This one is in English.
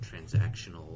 transactional